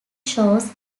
shows